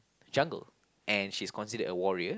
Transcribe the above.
jungle and she's considered a warrior